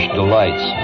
delights